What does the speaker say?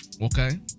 Okay